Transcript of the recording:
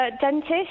Dentist